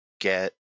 get